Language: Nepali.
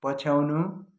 पछ्याउनु